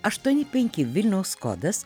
aštuoni penki vilniaus kodas